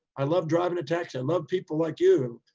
i love driving a taxi. i love people like you,